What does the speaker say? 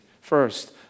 First